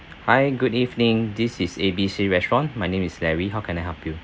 hi good evening this is A B C restaurant my name is larry how can I help you